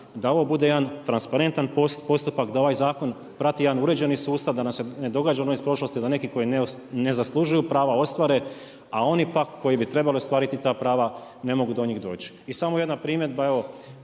da ovo bude jedna transparentan postupak, da ovaj zakon prati jedan uređeni sustav, da nam se ne događa ono iz prošlosti da neki koji ne zaslužuju prava ostvare, a oni pak koji bi trebali ostvariti ta prava, ne mogu do njih doći. I samo jedna primjedba, evo